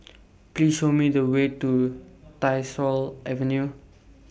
Please Show Me The Way to Tyersall Avenue